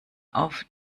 auf